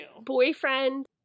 Boyfriend